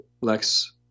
Lex